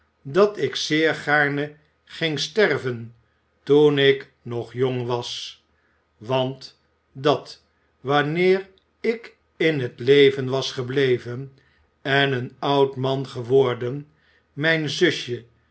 dat ik zeer gaarne ging sterven toen ik nog jong was want dat wanneer ik in het leven was gebleven en een oud man geworden mijn zusje